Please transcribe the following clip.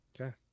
Okay